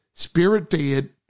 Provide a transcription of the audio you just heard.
Spirit-fed